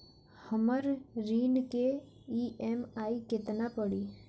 हमर ऋण के ई.एम.आई केतना पड़ी?